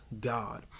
God